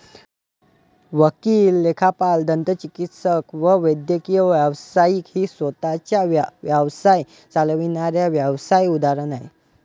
वकील, लेखापाल, दंतचिकित्सक व वैद्यकीय व्यावसायिक ही स्वतः चा व्यवसाय चालविणाऱ्या व्यावसाय उदाहरण आहे